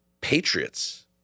Patriots